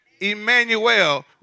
Emmanuel